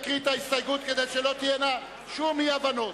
ההסתייגויות כדי שלא תהיינה שום אי-הבנות: